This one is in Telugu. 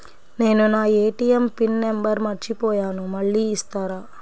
నేను నా ఏ.టీ.ఎం పిన్ నంబర్ మర్చిపోయాను మళ్ళీ ఇస్తారా?